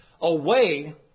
Away